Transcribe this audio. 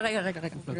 רגע, רגע.